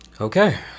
Okay